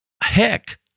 heck